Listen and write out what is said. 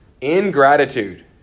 Ingratitude